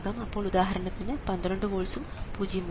അപ്പോൾ ഉദാഹരണത്തിന് 12 വോൾട്സ്ഉം പൂജ്യം വോൾട്സ്ഉം